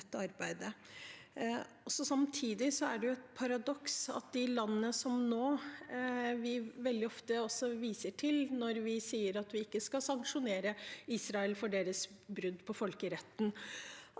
Samtidig er det et paradoks at de landene vi veldig ofte viser til når vi sier at vi ikke skal sanksjonere mot Israel for deres brudd på folkeretten,